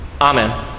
Amen